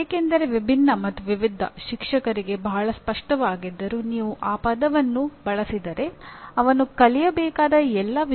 ಏಕೆಂದರೆ ಶೈಕ್ಷಣಿಕ ತತ್ವಶಾಸ್ತ್ರದ ಪ್ರಕಾರ ಶಾಲಾ ಶಿಕ್ಷಣದಲ್ಲಿ ವ್ಯಾಪಕ ಶ್ರೇಣಿಯ ಶಾಲೆಗಳು ಇವೆ